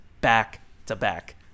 back-to-back